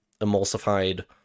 emulsified